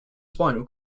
spinal